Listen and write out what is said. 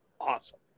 awesome